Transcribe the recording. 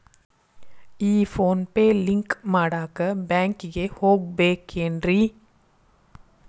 ಈ PhonePe link ಮಾಡಾಕ ಬ್ಯಾಂಕಿಗೆ ಹೋಗ್ಬೇಕೇನ್ರಿ?